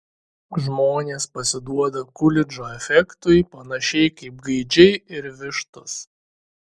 žmonės pasiduoda kulidžo efektui panašiai kaip gaidžiai ir vištos